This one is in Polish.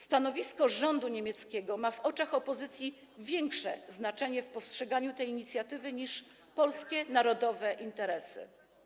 Stanowisko rządu niemieckiego ma w oczach opozycji większe znaczenie w postrzeganiu tej inicjatywy niż polskie narodowe interesy.